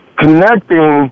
connecting